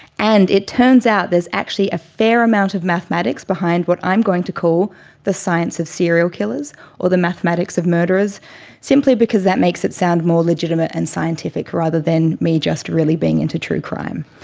and it turns out that there's actually a fair amount of mathematics behind what i'm going to call the science of serial killers or the mathematics of murderers simply because that makes it sound more legitimate and scientific, rather than me just really being into true crime.